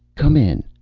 come in!